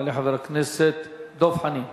יעלה חבר הכנסת דב חנין.